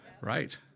right